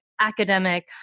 academic